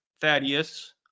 Thaddeus